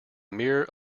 mere